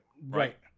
Right